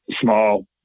small